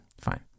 Fine